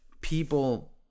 people